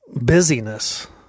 busyness